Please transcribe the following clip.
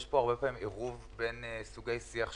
יש פה הרבה פעמים עירוב בין סוגי שיח שונים: